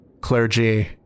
Clergy